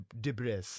debris